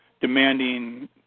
demanding